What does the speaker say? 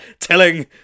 telling